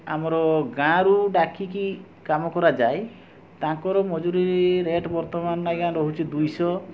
ଆମର ଗାଁରୁ ଡାକିକି କାମ କରାଯାଏ ତାଙ୍କର ମଜୁରୀ ରେଟ୍ ବର୍ତ୍ତମାନ ଆଜ୍ଞା ରହୁଛି ଦୁଇଶହ